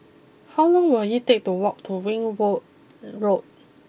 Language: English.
how long will it take to walk to Ringwood Road